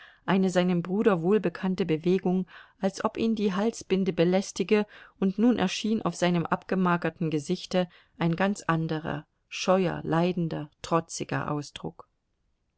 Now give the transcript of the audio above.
eine seinem bruder wohlbekannte bewegung als ob ihn die halsbinde belästige und nun erschien auf seinem abgemagerten gesichte ein ganz anderer scheuer leidender trotziger ausdruck